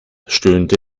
stöhnte